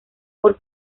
por